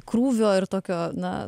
krūvio ir tokio na